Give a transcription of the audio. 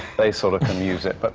they sort of can use it. but